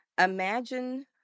Imagine